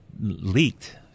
leaked